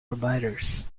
providers